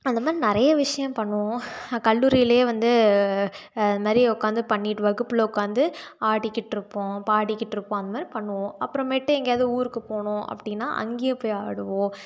அந்தமாதிரி நிறைய விஷயம் பண்ணுவோம் கல்லூரியிலே வந்து அது மாதிரி உட்காந்து பண்ணிவிட்டு வகுப்பில் உட்காந்து ஆடிக்கிட்டிருப்போம் பாடிக்கிட்டிருப்போம் அந்த மாதிரி பண்ணுவோம் அப்புறமேட்டு எங்கேவது ஊருக்கு போனோம் அப்படின்னால் அங்கேயும் போய் ஆடுவோம்